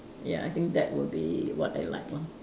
ya I think that would be what I like lor